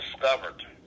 discovered